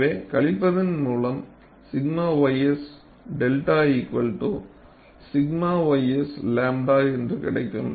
எனவே கழிப்பதில் மூலம் 𝛔 ys 𝚫 𝛔 ys 𝝺 என்று கிடைக்கும்